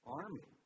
army